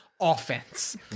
offense